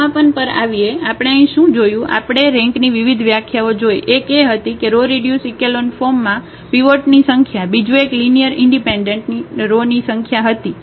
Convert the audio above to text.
સમાપન પર આવીએ આપણે અહીં શું જોયું આપણે રેન્કની વિવિધ વ્યાખ્યાઓ જોઇ એક એ હતી કે રો રીડ્યુસ ઇકેલોન ફોર્મમાં પીવોટની સંખ્યા બીજુ એક લિનિયર ઇન્ડિપેન્ડન્ટ રો ની સંખ્યા હતી